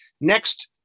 next